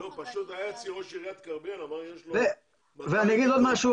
פשוט היה אצלי ראש עיריית כרמיאל --- אני חייב להגיד עוד משהו